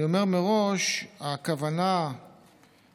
אני אומר מראש: הכוונה היא,